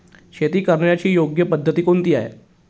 शेती करण्याची योग्य पद्धत कोणती आहे?